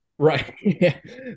Right